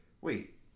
wait